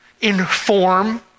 Inform